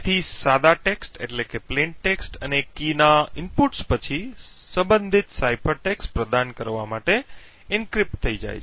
જેથી સાદા ટેક્સ્ટ અને કી ના ઇનપુટ્સ પછી સંબંધિત સાઇફર ટેક્સ્ટ પ્રદાન કરવા માટે એન્ક્રિપ્ટ થઈ જાય